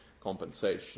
compensation